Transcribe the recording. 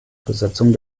besetzung